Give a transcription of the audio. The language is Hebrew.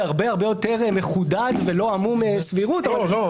הרבה-הרבה יותר מחודד ולא עמום מסבירות --- לא.